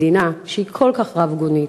מדינה שהיא כל כך רבגונית,